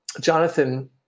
Jonathan